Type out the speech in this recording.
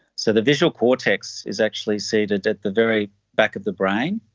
so the visual cortex is actually seated at the very back of the brain.